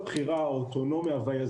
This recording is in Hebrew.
יושבת-ראש והועדה וחברי הכנסת.